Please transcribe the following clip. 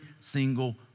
single